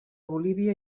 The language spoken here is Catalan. bolívia